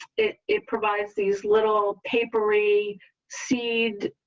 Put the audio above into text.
it it provides these little papery seed.